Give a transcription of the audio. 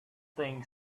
thing